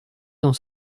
dans